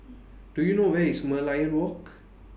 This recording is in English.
Do YOU know Where IS Merlion Walk